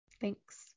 Thanks